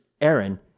Aaron